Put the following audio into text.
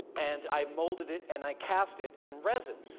and i molded it and i cast it in resin,